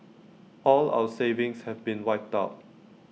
all our savings have been wiped out